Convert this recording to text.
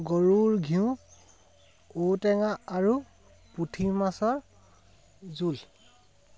গৰুৰ ঘিউ ঔটেঙা আৰু পুঠি মাছৰ জোল